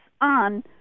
on